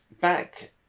back